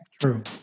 True